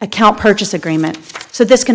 account purchase agreement so this can